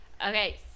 Okay